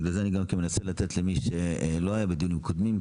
בגלל זה אני מנסה לתת למי שלא היה בדיונים הקודמים,